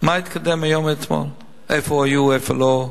מה התקדם היום מאתמול, איפה היו, איפה לא.